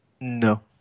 No